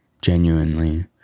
genuinely